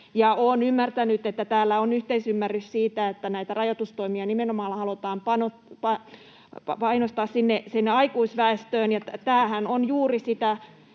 olen ymmärtänyt, että täällä on yhteisymmärrys siitä, että näitä rajoitustoimia halutaan painottaa nimenomaan sinne aikuisväestöön. Tämähän on juuri sitä